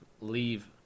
leave